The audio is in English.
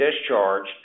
discharged